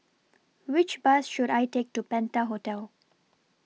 Which Bus should I Take to Penta Hotel